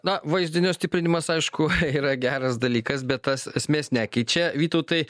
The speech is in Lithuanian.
na vaizdinio stiprinimas aišku yra geras dalykas bet tas esmės nekeičia vytautai